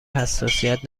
حساسیت